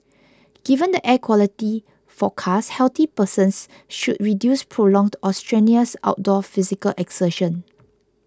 given the air quality forecast healthy persons should reduce prolonged or strenuous outdoor physical exertion